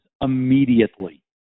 immediately